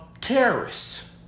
terrorists